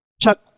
chuck